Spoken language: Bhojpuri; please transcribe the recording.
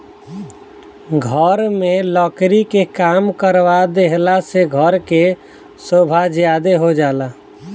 घर में लकड़ी के काम करवा देहला से घर के सोभा ज्यादे हो जाला